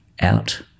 out